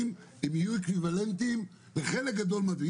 יהיו אקוויוולנטיים לחלק גדול מהבגרויות.